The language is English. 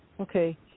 Okay